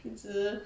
一直